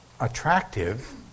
attractive